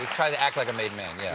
tries to act like a made man. yeah